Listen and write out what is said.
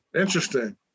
interesting